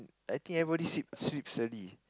I think everybody sleep sleeps early